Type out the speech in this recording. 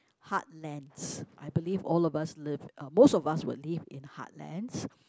heartlands I believe all of us live most of us will live in heartlands